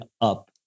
up